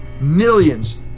millions